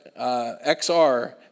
XR